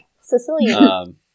Sicilian